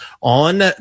on